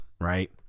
right